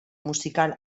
musical